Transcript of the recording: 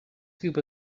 scoop